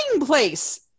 place